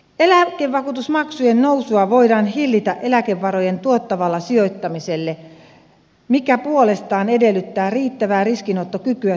eläkevakuutusmaksujen nousua voidaan hillitä eläkevarojen tuottavalla sijoittamisella mikä puolestaan edellyttää riittävää riskinottokykyä sijoitustoiminnassa